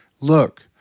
look